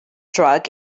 drug